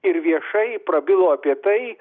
ir viešai prabilo apie tai